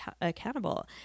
accountable